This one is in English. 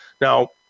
Now